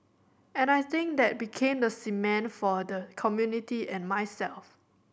and I think that became the cement for the community and myself